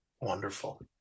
Wonderful